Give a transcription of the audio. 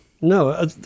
No